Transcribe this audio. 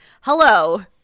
hello